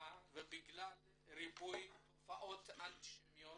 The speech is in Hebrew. במדינה ובגלל ריבוי תופעות אנטישמיות,